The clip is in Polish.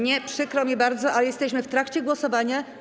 Nie, przykro mi bardzo, ale jesteśmy w trakcie głosowania.